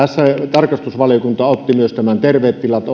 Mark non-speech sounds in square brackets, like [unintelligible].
tarkastusvaliokunta käsitteli tässä myös terveet tilat [unintelligible]